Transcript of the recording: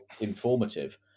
informative